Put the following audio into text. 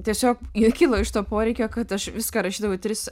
tiesiog ji kilo iš to poreikio kad aš viską rašydavau į tris